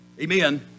Amen